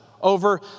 over